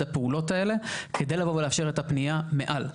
הפעולות האלה כדי לבוא ולאפשר את הבנייה מעל.